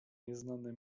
nieznane